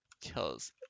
Kills